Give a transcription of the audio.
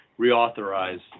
reauthorize